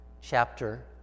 chapter